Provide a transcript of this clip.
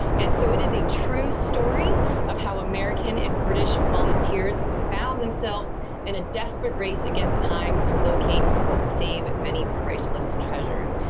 and so it is a true story of how american and british volunteers found themselves in a desperate race against time to locate and save many priceless treasures.